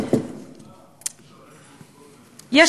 חברים.